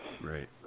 Right